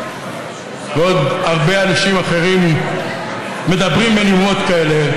ועוד הרבה אנשים אחרים מדברים בנימות כאלה,